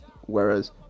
whereas